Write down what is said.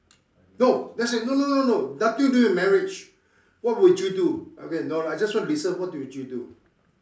no let's say no no no no nothing to do with marriage what would you do okay no lah I just want to listen what would you do